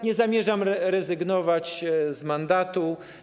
Nie zamierzam rezygnować z mandatu.